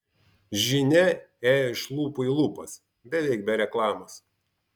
žinia ėjo iš lūpų į lūpas beveik be reklamos